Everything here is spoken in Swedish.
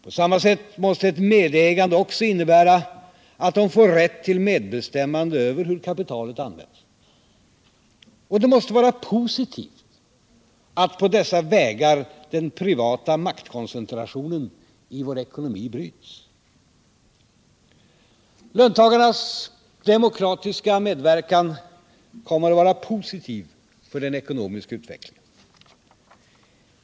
På samma sätt måste ett medägande också innebära att löntagarna får rätt till medbestämmande över hur kapitalet används. Det måste vara positivt att på dessa vägar den privata maktkoncentrationen i vår ekonomi bryts. Löntagarnas demokratiska medverkan kommer att vara positiv för den ekonomiska utvecklingen.